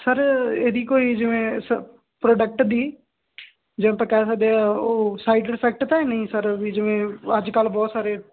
sir ਇਹਦੀ ਕੋਈ ਜਿਵੇਂ ਪ੍ਰੋਡਕਟ ਦੀ ਜਿਵੇਂ ਆਪਾਂ ਕਹਿ ਸਕਦੇ ਆਂ ਉਹ ਸਾਈਡਰ ਇਫੈਕਟ ਤਾਂ ਨੀ ਸਰ ਵੀ ਜਿਵੇਂ ਅੱਜ ਕੱਲ ਬਹੁਤ ਸਾਰੇ